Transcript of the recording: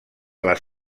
les